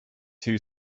two